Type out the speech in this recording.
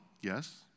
yes